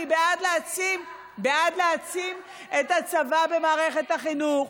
אני בעד להעצים את הצבא במערכת החינוך,